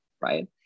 right